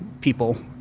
people